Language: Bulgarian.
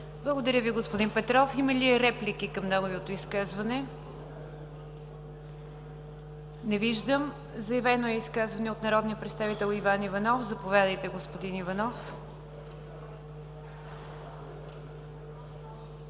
Благодаря Ви, господин Петров. Има ли реплики към неговото изказване? Не виждам. Заявено е изказване от народния представител Иван Иванов. Заповядайте, господин Иванов.